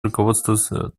руководствоваться